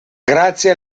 grazie